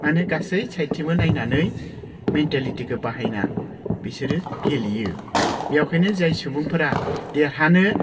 माने गासै साइटथिंबो नायनानै मेनटेलिटिखौ बाहायना बिसोरो गेलेयो बेवहायनो जाय सुबुंफोरा देरहानो